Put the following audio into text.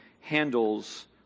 handles